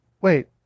Wait